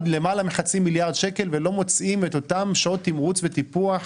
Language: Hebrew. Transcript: או 92 מיליון שהיו מוקצים בכל שנה לטובת שעות תמרוץ וטיפוח.